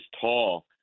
tall